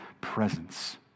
presence